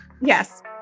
yes